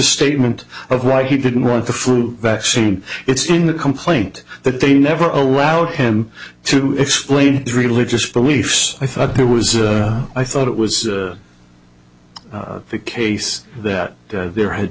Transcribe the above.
statement of why he didn't want the flu vaccine it's been the complaint that they never allowed him to explain his religious beliefs i thought there was a i thought it was the case that there had